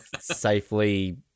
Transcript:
safely